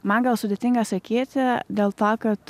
man gan sudėtinga sakyti dėl to kad